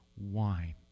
wine